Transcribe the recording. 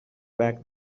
back